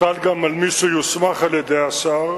תוטל גם על מי שיוסמך על-ידי השר,